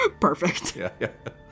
Perfect